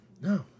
No